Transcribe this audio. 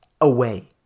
away